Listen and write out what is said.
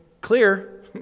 clear